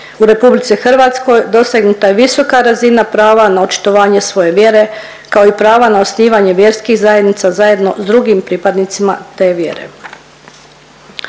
U RH dosegnuta je visoka razina prava na očitovanje svoje vjere kao i prava na osnivanje vjerskih zajednica zajedno s drugim pripadnicima te vjere.